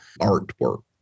artwork